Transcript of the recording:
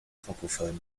francophones